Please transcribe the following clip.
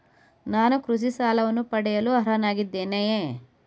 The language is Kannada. ನಾನು ಕೃಷಿ ಸಾಲವನ್ನು ಪಡೆಯಲು ಅರ್ಹನಾಗಿದ್ದೇನೆಯೇ?